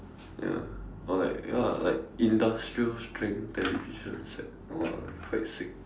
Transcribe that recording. ya or like ya like industrial strength television set !wah! it's quite sick